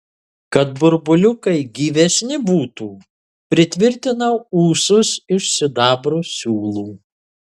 kad burbuliukai gyvesni būtų pritvirtinau ūsus iš sidabro siūlų